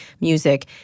music